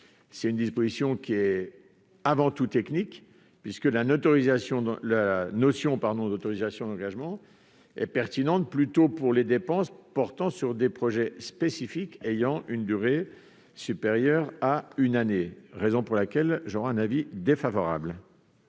d'une disposition avant tout technique, puisque la notion d'autorisation d'engagement est pertinente pour les dépenses portant sur des projets spécifiques ayant une durée supérieure à une année. Telles sont les raisons pour lesquelles j'émets un avis défavorable